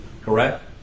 correct